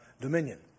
dominion